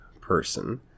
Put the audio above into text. person